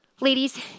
Ladies